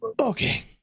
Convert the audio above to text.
Okay